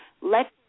let